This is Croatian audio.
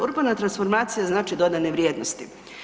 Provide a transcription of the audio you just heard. Urbana transformacija znači dodane vrijednosti.